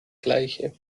gleiche